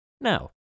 Now